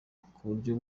kuburyo